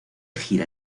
gira